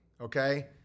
okay